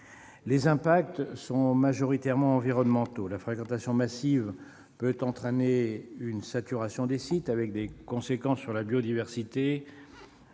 Les impacts sont majoritairement environnementaux. La fréquentation massive peut entraîner une saturation des sites avec des conséquences sur la biodiversité,